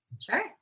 Sure